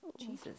Jesus